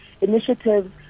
initiatives